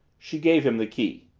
she gave him the key.